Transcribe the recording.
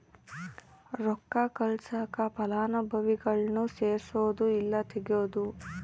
ರೊಕ್ಕ ಕಳ್ಸಾಕ ಫಲಾನುಭವಿಗುಳ್ನ ಸೇರ್ಸದು ಇಲ್ಲಾ ತೆಗೇದು